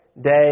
day